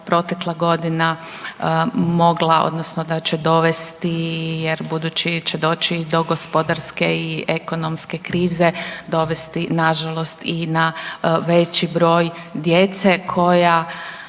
protekla godina mogla odnosno da će dovesti jer budući će doći do gospodarske i ekonomske krize, dovesti nažalost i na veći broj djece koja